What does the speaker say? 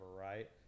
right